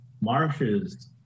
marshes